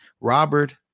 Robert